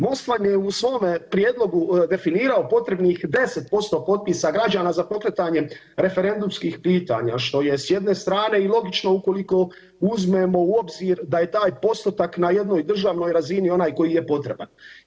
Most vam je u svome prijedlogu definirao potrebnih 10% potpisa građana za pokretanjem referendumskih pitanja što je s jedne strane i logično ukoliko uzmemo u obzir da je taj postotak na jednoj državnoj razini onaj koji je potreban.